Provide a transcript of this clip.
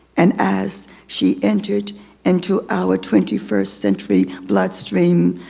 and as she entered into our twenty first century blood stream,